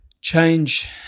change